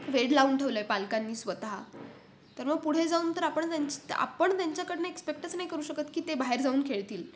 वेड लावून ठेवलंय पालकांनी स्वतः तर मग पुढे जाऊन तर आपण त्यांच्या आपण त्यांच्याकडून एक्सपेक्टच नाही करू शकत की ते बाहेर जाऊन खेळतील